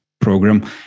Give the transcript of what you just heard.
program